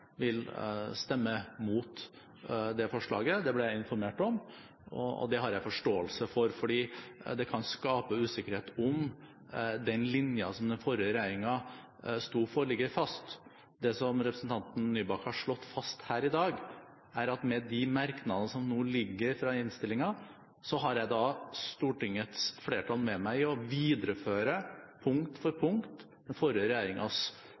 vil stemme imot det forslaget – det ble jeg informert om. Det har jeg forståelse for, fordi det kan skape usikkerhet om hvorvidt den linjen som den forrige regjeringen sto for, ligger fast. Det som representanten Nybakk har slått fast her i dag, er at med de merknadene som nå ligger i innstillingen, har jeg Stortingets flertall med meg på å videreføre, punkt for punkt, den forrige